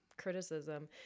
criticism